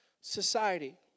Society